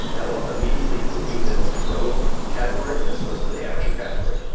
that will immediately put you in the pro category, as opposed to the amateur category.